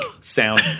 sound